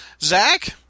Zach